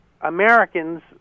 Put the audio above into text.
Americans